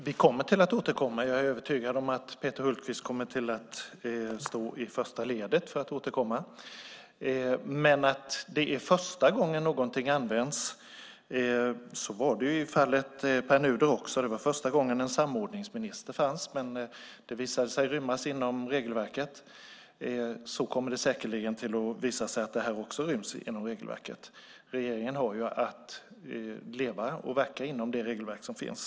Herr talman! Vi kommer att återkomma, och jag är övertygad om att Peter Hultqvist då kommer att stå i första ledet. Men att det är första gången någonting används har varit fallet även förr. Så var det i fallet Pär Nuder också; det var första gången en samordningsminister fanns. Men det visade sig rymmas inom regelverket. Det kommer säkerligen att visa sig att det här också ryms inom regelverket. Regeringen har att leva och verka inom de regelverk som finns.